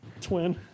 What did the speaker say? twin